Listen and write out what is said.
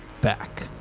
back